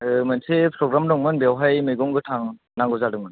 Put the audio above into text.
मोनसे प्रग्राम दंमोन बेवहाय मैगं गोथां नांगौ जादोंमोन